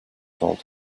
told